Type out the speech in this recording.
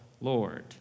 Lord